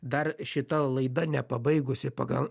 dar šita laida nepabaigusi pagal